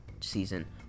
season